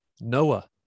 Noah